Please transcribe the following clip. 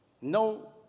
no